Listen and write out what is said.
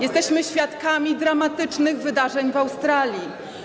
Jesteśmy świadkami dramatycznych wydarzeń w Australii.